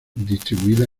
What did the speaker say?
distribuida